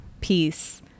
peace